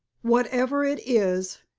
whatever it is,